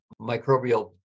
microbial